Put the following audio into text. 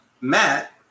Matt